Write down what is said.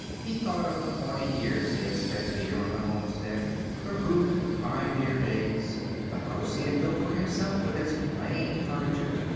he thought of the forty years he had spent here on the homestead the rude, pioneer days the house he had built for himself, with its plain furniture,